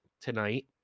tonight